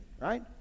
right